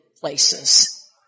places